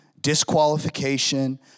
disqualification